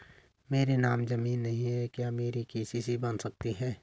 मेरे नाम ज़मीन नहीं है क्या मेरी के.सी.सी बन सकती है?